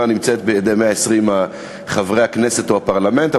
נמצאת אצל 120 חברי הכנסת או הפרלמנט,